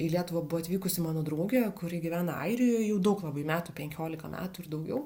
į lietuvą buvo atvykusi mano draugė kuri gyvena airijoj jau daug labai metų penkiolika metų ir daugiau